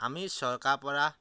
আমি চৰকাৰৰপৰা